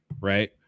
right